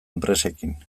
enpresekin